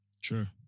Sure